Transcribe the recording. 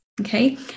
Okay